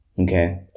okay